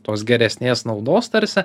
tos geresnės naudos tarsi